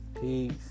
Peace